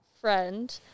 friend